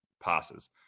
passes